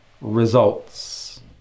results